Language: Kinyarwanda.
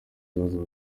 bibazo